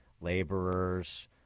laborers